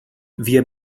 wir